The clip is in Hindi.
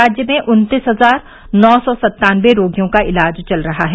राज्य में उन्तीस हजार नौ सौ सत्तानबे रोगियों का इलाज चल रहा है